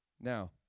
Now